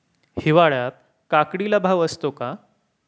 हिवाळ्यात काकडीला भाव असतो का?